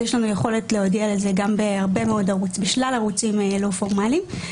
יש לנו יכולת להודיע על זה ברבה מאוד ערוצים לא פורמליים.